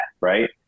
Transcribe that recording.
Right